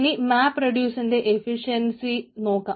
ഇനി മാപ്പ്റെഡ്യൂസിന്റെ എഫിഷ്യൻസി നോക്കാം